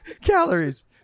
Calories